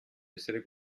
essere